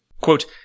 Quote